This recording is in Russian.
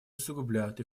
усугубляют